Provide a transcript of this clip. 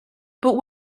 but